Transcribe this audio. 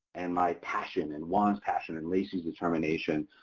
and my passion, and juan's passion, and lacy's determination.